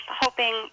hoping